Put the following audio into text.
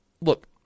Look